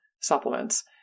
Supplements